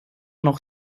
noch